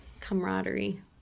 camaraderie